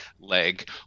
leg